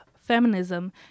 feminism